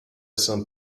some